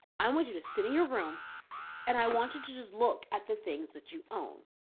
i want you to sit in your room and i want you to just look at the things that you own.